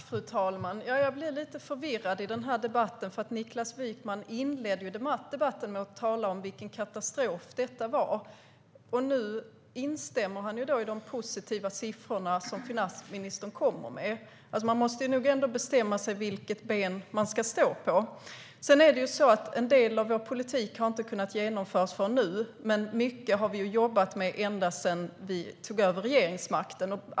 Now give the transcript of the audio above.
Fru talman! Jag blir lite förvirrad i den här debatten. Niklas Wykman inledde debatten med att tala om vilken katastrof detta var. Nu instämmer han i de positiva siffrorna som finansministern kommer med. Man måste nog ändå bestämma sig för vilket ben man ska stå på. Sedan är det så att en del av vår politik inte har kunnat genomföras förrän nu, men mycket har vi jobbat med ända sedan vi tog över regeringsmakten.